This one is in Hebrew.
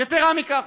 יתרה מכך,